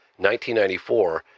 1994